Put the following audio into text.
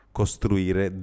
costruire